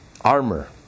armor